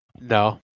No